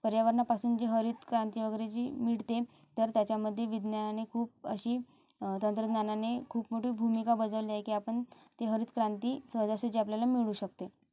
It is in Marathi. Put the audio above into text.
पर्यावरणापासून जे हरितक्रांती वगैरे जी मिळते तर त्याच्यामध्ये विज्ञानाने खूप अशी अं तंत्रज्ञानाने खूप मोठी भूमिका बजावली आहे की आपण ती हरितक्रांती सहजासहजी आपल्याला मिळू शकते